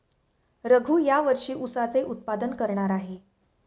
रघू या वर्षी ऊसाचे उत्पादन करणार आहे